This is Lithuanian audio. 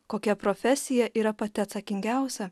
kokia profesija yra pati atsakingiausia